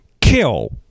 kill